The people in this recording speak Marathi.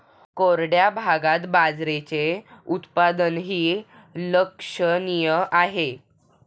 कोरड्या भागात बाजरीचे उत्पादनही लक्षणीय आहे